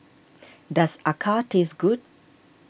does Acar taste good